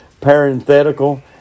parenthetical